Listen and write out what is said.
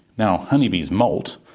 now, honeybees moult,